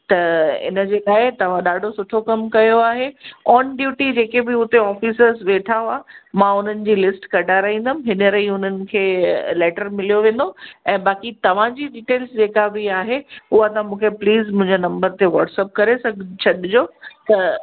त इन जेका आहे तव्हां ॾाढो सुठो कमु कयो आहे ऑनड्यूटी जेके बि उते ऑफ़िसर्स वेठा हुआ मां उन्हनि जी लिस्ट कढाराईंदमि हींअर ई उन्हनि खे लैटर मिलियो वेंदो ऐं बाक़ी तव्हां जी डिटेल्स जेका बि आहे उहा तव्हां मूंखे प्लीज़ मुंहिंजे नम्बर ते वाट्सअप करे स छॾिजो त